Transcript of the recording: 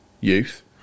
youth